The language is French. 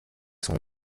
son